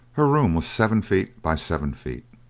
her room was seven feet by seven feet.